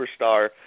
superstar